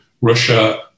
Russia